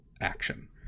action